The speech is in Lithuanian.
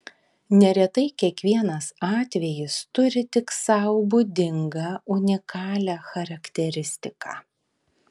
neretai kiekvienas atvejis turi tik sau būdingą unikalią charakteristiką